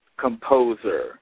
composer